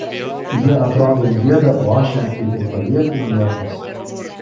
jie atrodo gieda ošia kaip ir paliepių liepos